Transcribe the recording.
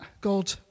God